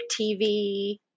TV